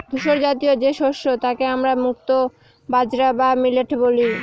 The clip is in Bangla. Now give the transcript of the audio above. ধূসরজাতীয় যে শস্য তাকে আমরা মুক্তো বাজরা বা মিলেট বলি